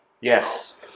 yes